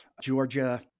Georgia